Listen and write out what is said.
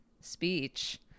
speech